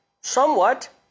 somewhat